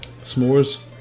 S'mores